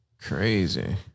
Crazy